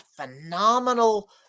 phenomenal